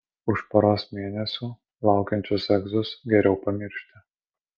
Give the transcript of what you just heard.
už poros mėnesių laukiančius egzus geriau pamiršti